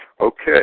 Okay